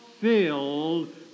filled